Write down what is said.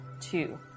two